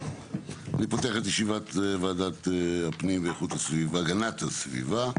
אני פותח את ישיבת ועדת הפנים והגנת הסביבה.